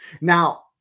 Now